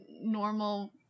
normal